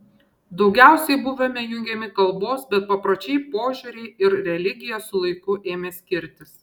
daugiausiai buvome jungiami kalbos bet papročiai požiūriai ir religija su laiku ėmė skirtis